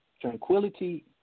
tranquility